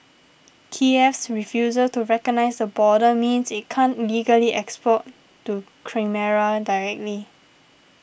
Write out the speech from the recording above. Kiev's refusal to recognise the border means it can't legally export to Crimea directly